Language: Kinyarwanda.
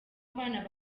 abana